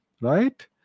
right